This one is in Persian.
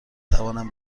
توانم